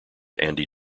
andy